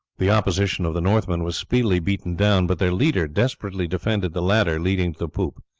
the opposition of the northmen was speedily beaten down, but their leader desperately defended the ladder leading to the poop.